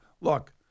look